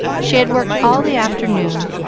she had worked all the afternoon,